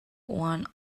one